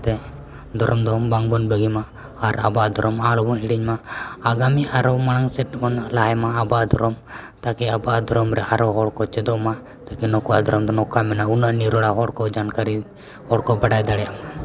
ᱚᱱᱟᱛᱮ ᱫᱷᱚᱨᱚᱢ ᱫᱚ ᱵᱟᱝᱵᱚᱱ ᱵᱟᱹᱜᱤᱭᱢᱟ ᱟᱨ ᱟᱵᱚᱣᱟᱜ ᱫᱷᱚᱨᱚᱢ ᱦᱚᱸ ᱟᱞᱚ ᱵᱚᱱ ᱦᱤᱲᱤᱧ ᱢᱟ ᱟᱜᱟᱢᱤ ᱟᱨᱦᱚᱸ ᱢᱟᱲᱟᱝ ᱥᱮᱫ ᱵᱚᱱ ᱞᱟᱦᱟᱭ ᱢᱟ ᱟᱵᱚᱣᱟᱜ ᱫᱷᱚᱨᱚᱢ ᱛᱟᱠᱤ ᱟᱵᱚᱣᱟᱜ ᱫᱷᱚᱨᱚᱢ ᱨᱮ ᱟᱨᱦᱚᱸ ᱦᱚᱲᱠᱚ ᱪᱮᱫᱚᱜ ᱢᱟ ᱛᱟᱠᱤ ᱱᱩᱠᱩᱣᱟᱜ ᱫᱷᱚᱨᱚᱢ ᱫᱚ ᱱᱚᱝᱠᱟ ᱢᱮᱱᱟᱜᱼᱟ ᱩᱱᱟᱹᱜ ᱱᱤᱨᱚᱲᱟ ᱦᱚᱲᱠᱚ ᱡᱟᱱᱠᱟᱨᱤ ᱦᱚᱲᱠᱚ ᱵᱟᱰᱟᱭ ᱫᱟᱲᱭᱟᱜ ᱢᱟ